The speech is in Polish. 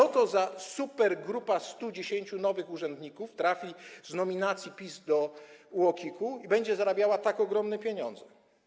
Co to za supergrupa 110 nowych urzędników trafi z nominacji PiS do UOKiK-u i będzie zarabiała tak ogromne pieniądze?